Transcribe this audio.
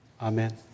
Amen